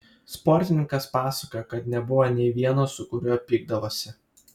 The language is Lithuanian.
sportininkas pasakojo kad nebuvo nei vieno su kuriuo pykdavosi